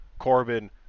Corbin